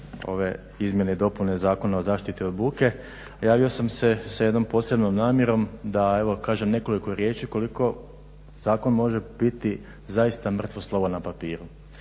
ove Izmjene i dopune Zakona o zaštiti od buke. Javio sam se sa jednom posebnom namjerom da evo kažem nekoliko riječi koliko zakon može biti zaista mrtvo slovo na papiru.